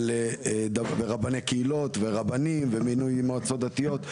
רבני קהילות ורבנים ומינוי מועצות דתיות,